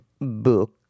Book